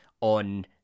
on